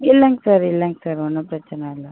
இல்லைங்க சார் இல்லைங்க சார் ஒன்றும் பிரச்சின இல்லை